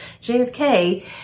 JFK